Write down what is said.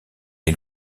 est